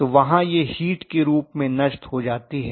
तो वहां यह हीट के रूप में नष्ट हो जाती है